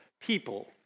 people